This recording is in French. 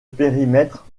périmètre